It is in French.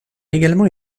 également